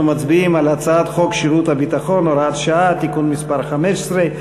מצביעים על הצעת חוק שירות הביטחון (הוראת שעה) (תיקון מס' 15),